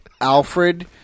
Alfred